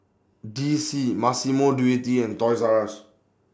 D C Massimo Dutti and Toys R US